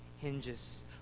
hinges